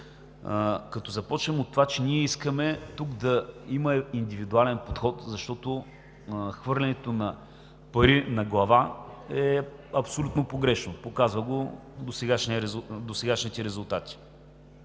като започваме от това, че ние искаме тук да има индивидуален подход, защото хвърлянето на пари на глава, е абсолютно погрешно – показаха го досегашните резултати.